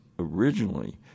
originally